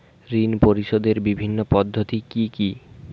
ঋণ পরিশোধের বিভিন্ন পদ্ধতি কি কি?